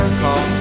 call